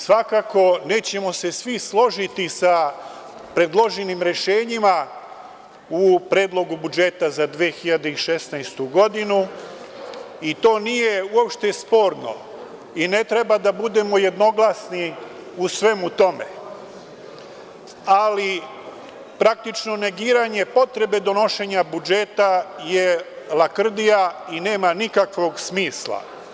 Svakako, nećemo se svi složiti sa predloženim rešenjima u Predlogu budžeta za 2016. godinu i to nije sporno i ne treba da budemo jednoglasni u svemu tome, ali praktično negiranje potrebe donošenja budžeta je lakrdija i nema nikakvog smisla.